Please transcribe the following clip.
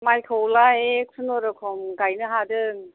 माइखौलाय खुनुरुखुम गायनो हादों